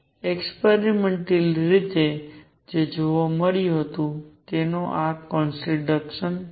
experimentally રીતે જે જોવા મળ્યું હતું તેનો આ કોન્ટ્રાડિક્શન છે